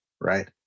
right